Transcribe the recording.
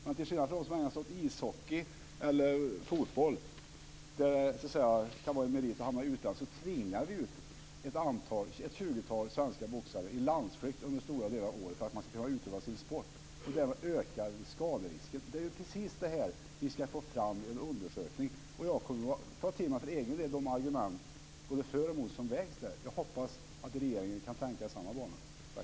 Men till skillnad från dem som ägnar sig åt ishockey eller fotboll, där det kan vara en merit att hamna i utlandet, tvingar vi ut ett tjugotal svenska boxare i landsflykt under stora delar av året för att de ska kunna utöva sin sport. Därmed ökar vi skaderisken. Det är precis detta som vi ska få fram i en undersökning. Jag kommer för egen del att ta till mig de argument både för och emot som vägs där. Jag hoppas att regeringen kan tänka i samma banor.